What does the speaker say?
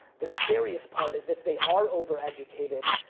the scariest part is if they are overeducated,